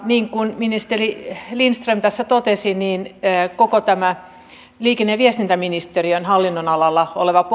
niin kuin ministeri lindström tässä totesi koko tästä liikenne ja viestintäministeriön hallinnonalalla olevasta